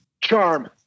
Charm